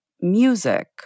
music